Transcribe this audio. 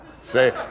Say